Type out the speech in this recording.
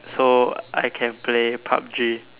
so I can play pub-G